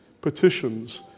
petitions